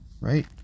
right